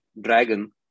dragon